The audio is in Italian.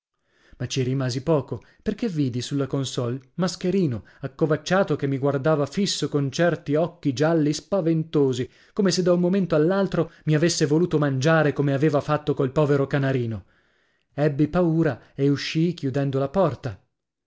ma ci rimasi poco perché vidi sulla consolle mascherino accovacciato che mi guardava fisso con certi occhi gialli spaventosi come se da un momento all'altro mi avesse voluto mangiare come aveva fatto col povero canarino ebbi paura e uscii chiudendo la porta